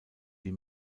die